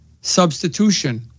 substitution